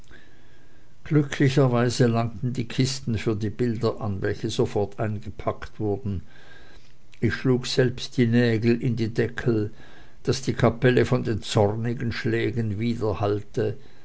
glücklicherweise langten die kisten für die bilder an welche sofort eingepackt wurden ich schlug selbst die nägel in die deckel daß die kapelle von den zornigen schlägen